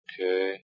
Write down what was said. Okay